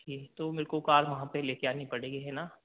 तो मेरे को वहाँ पर कार ले कर आनी पड़ेगी है न